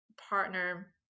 partner